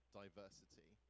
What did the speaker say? diversity